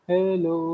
Hello